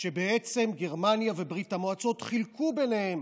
כשבעצם גרמניה וברית המועצות חילקו ביניהן